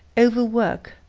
overwork,